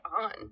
on